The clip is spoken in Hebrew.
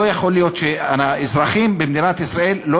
לא יכול להיות שהאזרחים במדינת ישראל לא